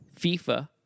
FIFA